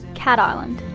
cat island.